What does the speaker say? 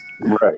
Right